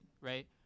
right